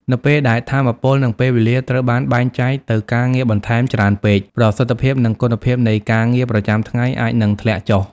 នៅពេលដែលថាមពល និងពេលវេលាត្រូវបានបែងចែកទៅការងារបន្ថែមច្រើនពេក ប្រសិទ្ធភាព និងគុណភាពនៃការងារប្រចាំថ្ងៃអាចនឹងធ្លាក់ចុះ។